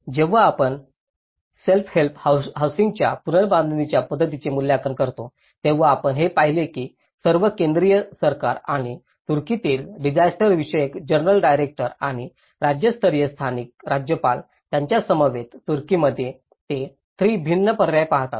जेव्हा आपण self help हौसिंगच्या पुनर्बांधणीच्या पद्धतीचे मूल्यांकन करतो तेव्हा आपण हे पाहिले की सर्व केंद्रीय सरकार आणि तुर्कीतील डिसायस्टर विषयक जनरल डायरेक्टर आणि राज्यस्तरीय स्थानिक राज्यपाल यांच्यासमवेत तुर्कीमध्ये ते 3 भिन्न पर्याय पाहतात